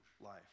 life